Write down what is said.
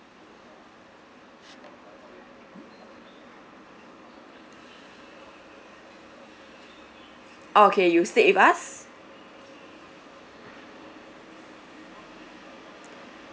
okay you stayed with us